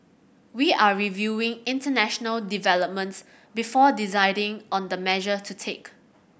we are reviewing international developments before deciding on the measure to take